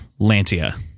lantia